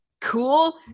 cool